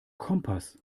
kompass